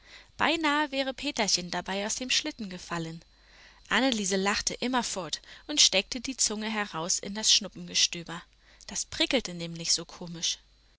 beinahe wäre peterchen dabei aus dem schlitten gefallen anneliese lachte immerfort und steckte die zunge heraus in das schnuppengestöber das prickelte nämlich zu komisch